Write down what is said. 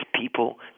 people